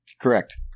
correct